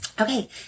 Okay